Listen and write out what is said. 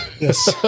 Yes